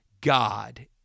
God